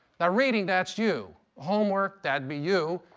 now reading, that's you. homework, that'd be you.